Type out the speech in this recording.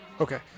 okay